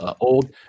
old